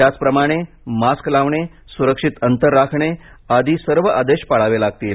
त्याचप्रमाणे मास्क लावणे सुरक्षित अंतर राखणे आदी सर्व आदेश पाळावे लागतील